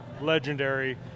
legendary